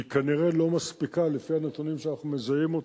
היא כנראה לא מספיקה לפי הנתונים שאנחנו מזהים.